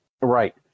right